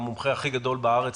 המומחה הכי גדול בארץ,